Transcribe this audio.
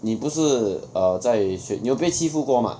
你不是 err 在你有被欺负过 mah